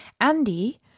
Andy